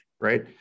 right